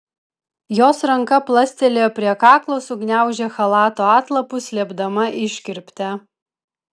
jos ranka plastelėjo prie kaklo sugniaužė chalato atlapus slėpdama iškirptę